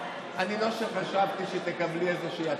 ואני לא אומר שהנאשמים או השופטים או עורכי הדין,